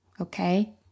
okay